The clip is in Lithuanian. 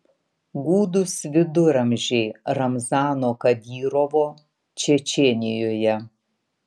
gūdūs viduramžiai ramzano kadyrovo čečėnijoje